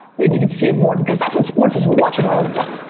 then you could see it more, because that's what sports is, we're watching all of them,